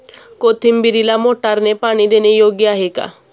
कोथिंबीरीला मोटारने पाणी देणे योग्य आहे का?